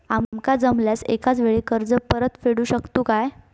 आमका जमल्यास एकाच वेळी कर्ज परत फेडू शकतू काय?